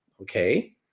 okay